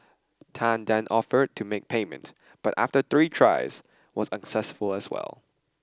Tan then offered to make payment but after three tries was unsuccessful as well